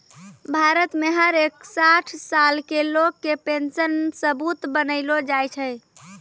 भारत मे हर एक साठ साल के लोग के पेन्शन सबूत बनैलो जाय छै